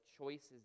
choices